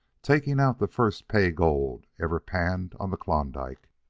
taking out the first pay-gold ever panned on the klondike.